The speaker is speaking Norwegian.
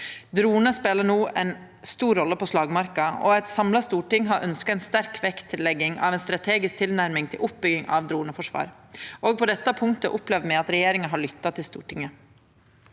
Dronar spelar no ei stor rolle på slagmarka, og eit samla storting har ønskt ei sterk vektlegging av ei strategisk tilnærming til oppbygging av droneforsvar. Òg på dette punktet opplever me at regjeringa har lytta til Stortinget.